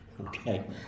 Okay